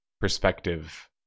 perspective